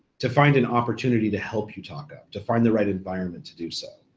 to find an opportunity to help you talk up, to find the right environment to do so.